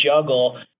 juggle